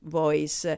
voice